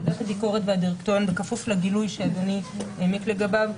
ועדת הביקורת והדירקטוריון בכפוף לגילוי שאדוני העמיק לגביו,